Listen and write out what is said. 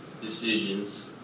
decisions